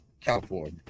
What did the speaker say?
California